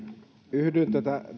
yhdyn